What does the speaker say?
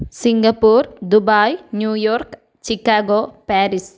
Singapore Dubai New York Chicago Paris